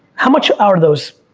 how much are those,